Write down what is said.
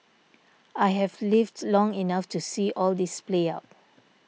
I have lived long enough to see all this play out